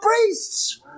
priests